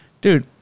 Dude